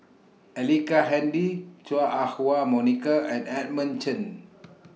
Ellice Handy Chua Ah Huwa Monica and Edmund Chen